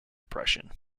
oppression